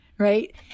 Right